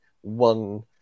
One